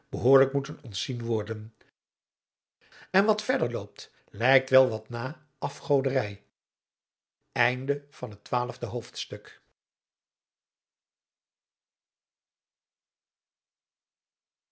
behoorlijk moeten ontzien worden en wat verder loopt lijkt wel wat na afgoderij